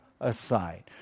aside